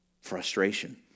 frustration